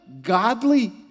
godly